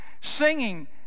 singing